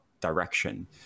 direction